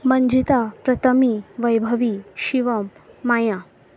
Manjita Pratmi Vaibhavi Shivam Maya